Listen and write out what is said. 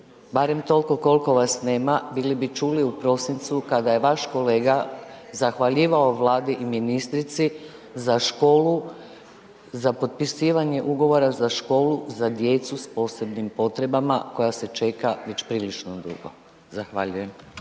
barem toliko koliko vas nema bili bi čuli u prosincu kada je vaš kolega zahvaljivao Vladi i ministrici za školu, za potpisivanje ugovora za školu za djecu s posebnim potrebama koja se čeka već prilično dugo. Zahvaljujem.